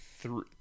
Three